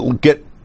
get